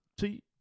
See